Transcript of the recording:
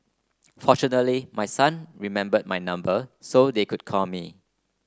fortunately my son remember my number so they could call me